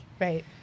Right